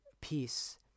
peace